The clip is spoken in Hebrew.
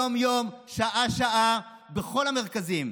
יום-יום, שעה-שעה, בכל המרכזים.